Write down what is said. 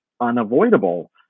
unavoidable